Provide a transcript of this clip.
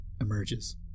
emerges